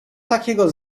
takiego